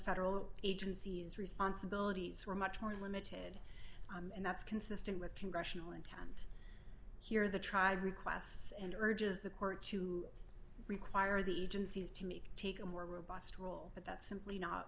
federal agencies responsibilities are much more limited and that's consistent with congressional intent here the tribe requests and urges the court to require the agencies to me take a more robust role but that's simply not